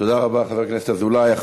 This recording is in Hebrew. תודה רבה, חבר הכנסת אזולאי.